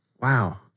Wow